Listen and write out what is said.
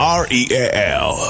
real